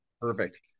Perfect